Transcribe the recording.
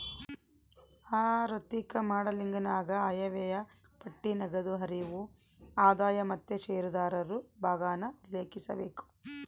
ಆಋಥಿಕ ಮಾಡೆಲಿಂಗನಾಗ ಆಯವ್ಯಯ ಪಟ್ಟಿ, ನಗದು ಹರಿವು, ಆದಾಯ ಮತ್ತೆ ಷೇರುದಾರರು ಭಾಗಾನ ಉಲ್ಲೇಖಿಸಬೇಕು